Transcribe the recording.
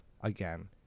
again